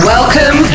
Welcome